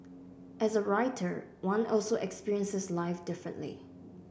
as a writer one also experiences life differently